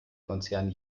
konzern